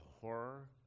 horror